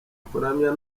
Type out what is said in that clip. kuramya